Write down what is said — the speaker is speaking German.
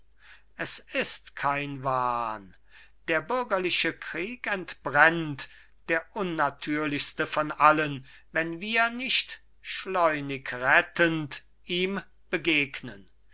es ist kein wahn der bürgerliche krieg entbrennt der unnatürlichste von allen wenn wir nicht schleunig rettend ihm begegnen